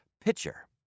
pitcher